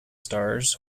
stars